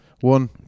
One